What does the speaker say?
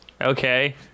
Okay